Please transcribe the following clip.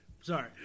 Sorry